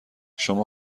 شما